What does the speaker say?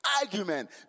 argument